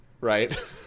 Right